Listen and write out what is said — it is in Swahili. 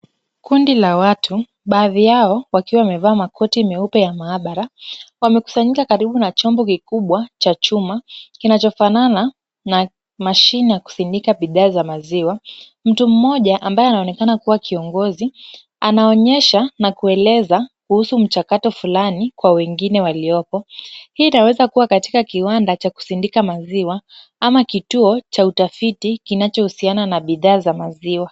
Kundi la watu, baadhi yao wakiwa wamevaAa makoti meupe ya maabara. Wamekusanyika karibu na chombo kikubwa cha chuma kinachofanana na mashine ya kusindika bidhaa za maziwa. Mtu mmoja ambaye anaonekana kuwa kiongozi anaonyesha na kueleza kuhusu mchakato fulani kwa wengine waliopo. Hii itaweza kuwa katika kiwanda cha kusindika maziwa ama kituo cha utafiti kinachohusiana na bidhaa za maziwa.